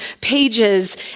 pages